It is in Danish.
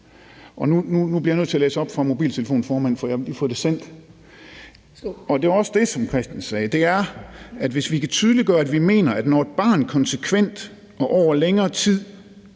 og nu bliver jeg nødt til at læse op fra mobiltelefonen, formand, for jeg har fået det sendt. Det er også det, som Christian Friis Bach sagde, og det er: hvis vi kan tydeliggøre, at vi mener, at det er, når et barn konsekvent og over længere tid